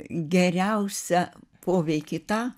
geriausią poveikį tą